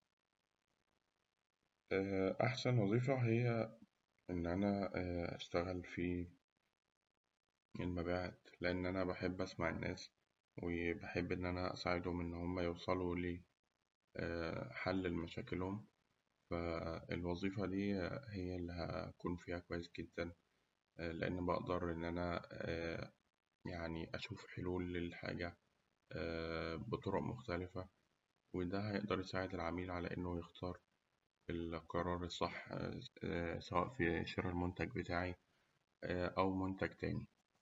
أحسن وظيفة هي إن أنا أشتغل في المبيعات لأن أنا بحب أسمع الناس وبحب إن أنا أساعدهم إنهم يوصلوا لحل لمشاكلهم، ف الوظيفة دي هي اللي هأكون فيها كويس جداً لأن أنا بقدر أشوف حلول للحاجة بطرق مختلفة ده هيقدر يساعد العميل على إنه يختار القرار الصح سواء في شرا المنتج بتاعي أو منتج تاني.